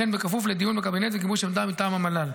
וכן בכפוף לדיון בקבינט וגיבוש עמדה מטעם המל"ל.